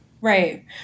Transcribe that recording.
Right